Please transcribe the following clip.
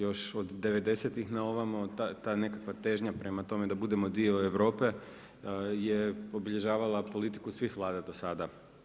Još od '90. na ovamo, ta nekakva težnja prema tome da budemo dio Europe, je obilježavala politiku svih Vlade do sada.